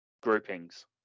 groupings